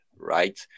right